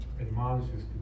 admonishes